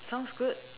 sounds good